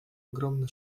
ogromny